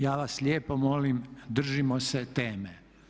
Ja vas lijepo molim, držimo se teme.